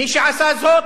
מי שעשה זאת,